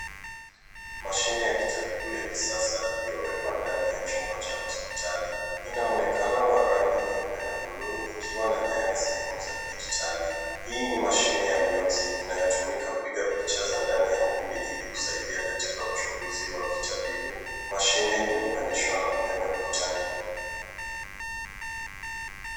Mashine ya kitabibu ya kisasa iliyowekwa ndani ya chumba cha hospitali. Ina mwonekano wa rangi nyeupe na buluu ikiwa na nyaya na sehemu za kidijitali. Hii ni mashine ya mionzi inayotumika kupiga picha za ndani ya mwili ili kusaidia katika uchunguzi wa kitabibu. Mashine imeunganishwa na umeme ukutani.